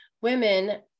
women